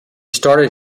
started